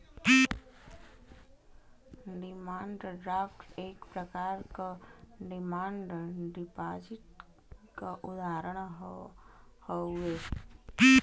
demand draft एक प्रकार क डिमांड डिपाजिट क उदाहरण हउवे